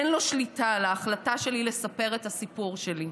אין לו שליטה על ההחלטה שלי לספר את הסיפור שלי.